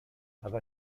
have